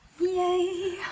Yay